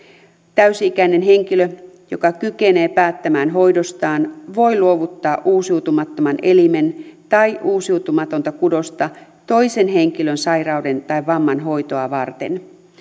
täysi ikäinen henkilö joka kykenee päättämään hoidostaan voi luovuttaa uusiutumattoman elimen tai uusiutumatonta kudosta toisen henkilön sairauden tai vamman hoitoa varten